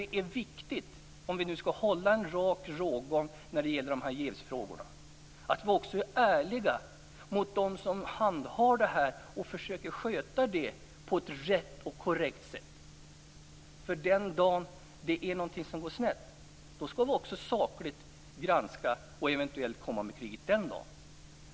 Det är viktigt att vi, om vi nu skall hålla en rak rågång när det gäller de här jävsfrågorna, också är ärliga mot dem som handhar detta och som försöker sköta det här på ett riktigt och korrekt sätt. Den dagen något går snett skall vi sakligt granska och eventuellt komma med kritik.